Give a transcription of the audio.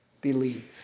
believe